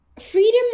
freedom